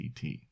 CT